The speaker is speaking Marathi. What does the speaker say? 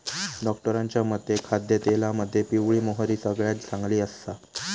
डॉक्टरांच्या मते खाद्यतेलामध्ये पिवळी मोहरी सगळ्यात चांगली आसा